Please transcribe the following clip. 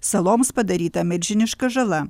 saloms padaryta milžiniška žala